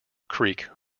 creek